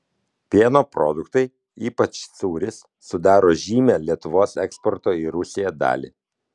pieno produktai ypač sūris sudaro žymią lietuvos eksporto į rusiją dalį